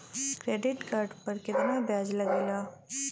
Credit card पर कितना ब्याज लगेला?